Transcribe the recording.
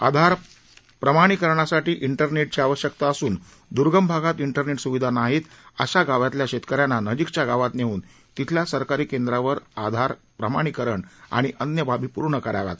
आधार प्रमाणिकरणासाठी इंटरनेटची आवश्यकता असून दर्गम भागात इंटरनेट सूविधा नाही अशा गावातल्या शेतकऱ्यांना नजिकच्या गावात नेऊन तिथल्या सरकारी केंद्रावर आधार प्रमाणिकरण आणि अन्य बाबी पूर्ण कराव्यात